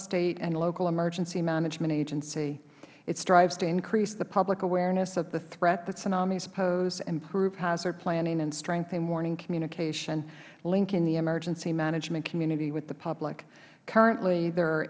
state and local emergency management agencies it strives to increase the public awareness of the threat that tsunamis pose improve hazard planning and strengthen warning communication linking the emergency management community with the public currently ther